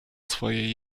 swoje